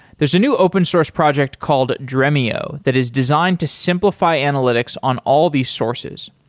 there's a new open sourced project called dremio that is designed to simplify analytics on all these sources.